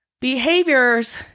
Behaviors